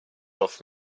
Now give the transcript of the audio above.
off